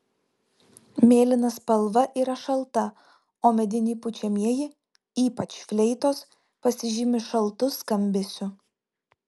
mėlyna spalva yra šalta o mediniai pučiamieji ypač fleitos pasižymi šaltu skambesiu